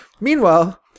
Meanwhile